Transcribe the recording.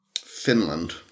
Finland